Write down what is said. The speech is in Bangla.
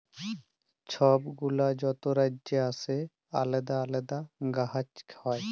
ছব গুলা যত রাজ্যে আসে আলেদা আলেদা গাহাচ হ্যয়